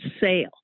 sale